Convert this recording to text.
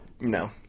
no